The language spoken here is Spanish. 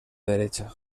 derecha